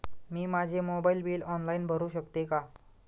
मी माझे mobile bill online भरू शकते का?